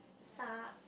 suck